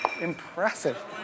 Impressive